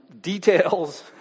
details